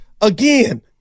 again